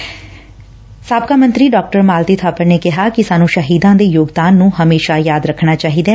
ਇਸ ਮੌਕੇ ਸਾਬਕਾ ਮੰਤਰੀ ਡਾ ਮਾਲਤੀ ਬਾਪਰ ਨੇ ਕਿਹਾ ਕਿ ਸਾਨੰ ਸ਼ਹੀਦਾਂ ਦੇ ਯੋਗਦਾਨ ਨੰ ਹਮੇਸ਼ਾ ਯਾਦ ਰੱਖਣਾ ਚਾਹੀਦੈ